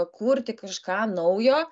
kurti kažką naujo